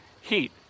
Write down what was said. Heat